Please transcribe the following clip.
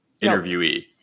interviewee